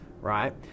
right